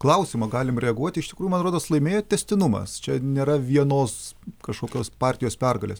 klausimą galim reaguoti iš tikrųjų man rodos laimėjo tęstinumas čia nėra vienos kažkokios partijos pergalės